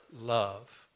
love